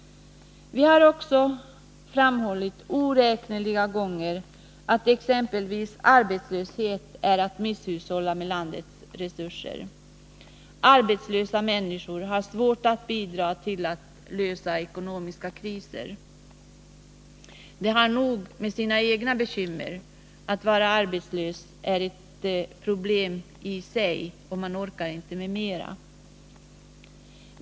Vi har också oräkneliga gånger framhållit att exempelvis arbetslöshet innebär en misshushållning med landets resurser. Arbetslösa människor har svårt att bidra till att lösa ekonomiska kriser. De har nog med sina egna bekymmer. Att vara arbetslös är ett problem i sig, och man orkar inte med mera.